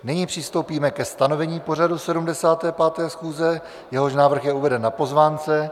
Nyní přistoupíme ke stanovení pořadu 75. schůze, jehož návrh je uveden na pozvánce.